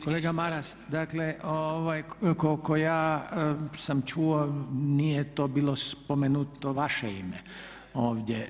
Kolega Maras, dakle koliko ja sam čuo nije to bilo spomenuto vaše ime ovdje.